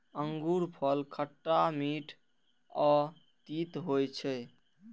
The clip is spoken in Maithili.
अंगूरफल खट्टा, मीठ आ तीत होइ छै